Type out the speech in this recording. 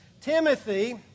Timothy